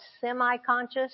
semi-conscious